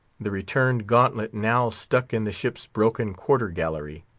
the returned gauntlet now stuck in the ship's broken quarter-gallery,